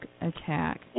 attack